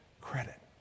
credit